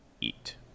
eat